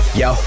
yo